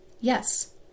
Yes